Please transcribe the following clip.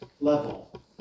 level